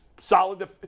Solid